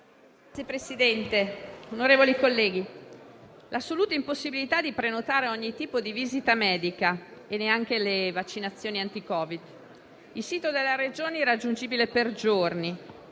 Signor Presidente, onorevoli colleghi, l'assoluta impossibilità di prenotare ogni tipo di visita medica, incluse le vaccinazioni anti-Covid, il sito della Regione irraggiungibile per giorni